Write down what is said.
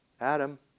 Adam